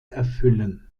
erfüllen